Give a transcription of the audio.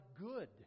good